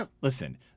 Listen